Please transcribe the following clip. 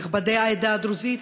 נכבדי העדה הדרוזית,